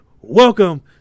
welcome